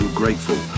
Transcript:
grateful